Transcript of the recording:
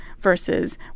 versus